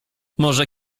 może